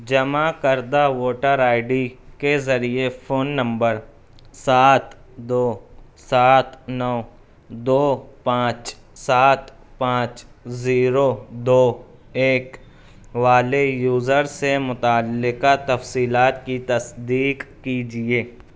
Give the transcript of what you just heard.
جمع کردہ voter I D کے ذریعے فون نمبر سات دو سات نو دو پانچ سات پانچ زیرو دو ایک والے یوزر سے متعلقہ تفصیلات کی تصدیق کیجیے